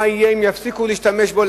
מה יהיה אם יפסיקו להשתמש בו,